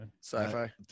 Sci-fi